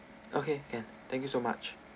okay can thank you so much